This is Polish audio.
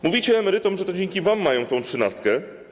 Mówicie emerytom, że to dzięki wam mają tę trzynastkę.